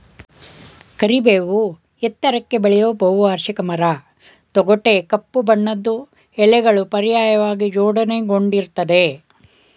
ಕರಿಬೇವು ಎತ್ತರಕ್ಕೆ ಬೆಳೆಯೋ ಬಹುವಾರ್ಷಿಕ ಮರ ತೊಗಟೆ ಕಪ್ಪು ಬಣ್ಣದ್ದು ಎಲೆಗಳು ಪರ್ಯಾಯವಾಗಿ ಜೋಡಣೆಗೊಂಡಿರ್ತದೆ